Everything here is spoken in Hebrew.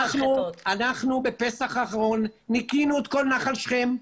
אנחנו בפסח האחרון ניקינו את כל נחל שכם,